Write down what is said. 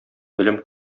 белем